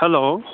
hello